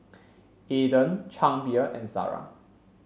Aden Chang Beer and Zara